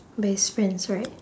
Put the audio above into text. by his friends right